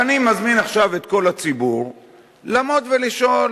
ואני מזמין עכשיו את כל הציבור לעמוד ולשאול,